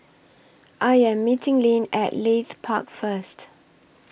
I Am meeting Lyn At Leith Park First